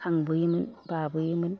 खांबोयोमोन बाबोयोमोन